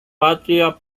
patria